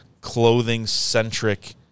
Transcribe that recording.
clothing-centric